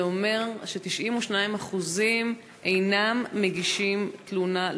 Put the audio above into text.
זה אומר ש-92% אינם מגישים תלונה,